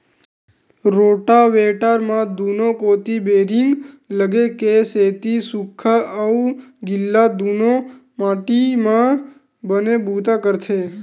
rotavator म दूनो कोती बैरिंग लगे के सेती सूख्खा अउ गिल्ला दूनो माटी म बने बूता करथे